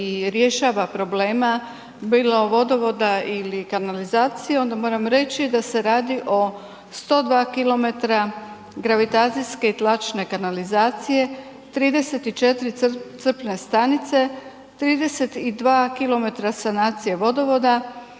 i rješava problema bilo vodovoda ili kanalizacije, onda moram reći da se radi o 102 km gravitacijske i tlačne kanalizacije, 34 crpne stanice, 32 km sanacije vodovoda,